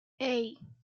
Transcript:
hey